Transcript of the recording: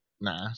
Nah